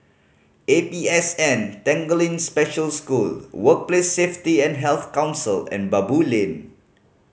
A P S N Tanglin Special School Workplace Safety and Health Council and Baboo Lane